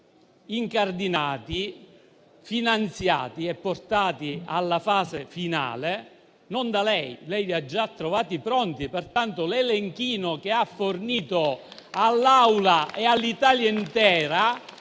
incardinata, finanziata e portata alla fase finale non da lei. Lei li ha già trovati pronti. Pertanto, l'elenchino che ha fornito all'Assemblea e all'Italia intera